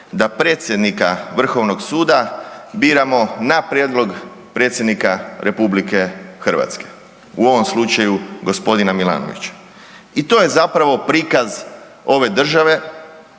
da predsjednika Vrhovnog suda biramo na prijedlog Predsjednika Republike Hrvatske, u ovom slučaju g. Milanovića. I to je zapravo prikaz ove države,